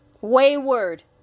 wayward